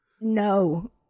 No